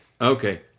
Okay